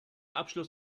abschluss